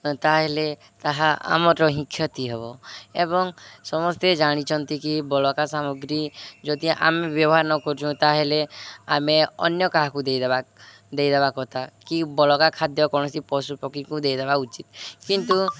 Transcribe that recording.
ତା'ହେଲେ ତାହା ଆମର ହିଁ କ୍ଷତି ହେବ ଏବଂ ସମସ୍ତେ ଜାଣିଛନ୍ତି କି ବଳକା ସାମଗ୍ରୀ ଯଦି ଆମେ ବ୍ୟବହାର ନ କରୁଛୁ ତା'ହେଲେ ଆମେ ଅନ୍ୟ କାହାକୁ ଦେଇ ଦେବା ଦେଇ ଦେବା କଥା କି ବଳକା ଖାଦ୍ୟ କୌଣସି ପଶୁ ପକ୍ଷୀଙ୍କୁ ଦେଇ ଦେବା ଉଚିତ କିନ୍ତୁ